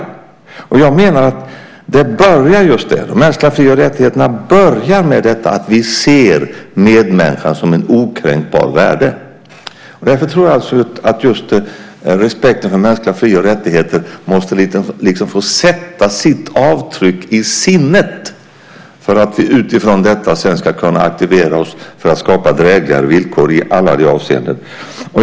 Jag menar att det börjar just där, de mänskliga fri och rättigheterna börjar med detta att vi ser medmänniskans okränkbara värde. Därför tror jag att just respekten för mänskliga fri och rättigheter liksom måste få sätta sitt avtryck i sinnet för att vi utifrån detta sedan ska kunna aktivera oss för att kunna skapa drägligare villkor i alla avseenden.